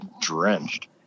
drenched